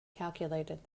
calculated